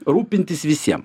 rūpintis visiem